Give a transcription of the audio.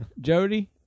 Jody